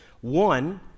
One